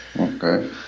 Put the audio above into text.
okay